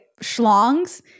schlongs